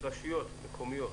רשויות מקומיות